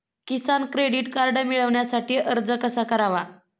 किसान credit card मिळवण्यासाठी अर्ज कसा करावा?